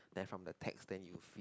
then from the text then you feed